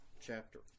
chapter